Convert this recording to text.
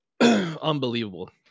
unbelievable